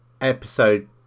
episode